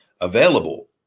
available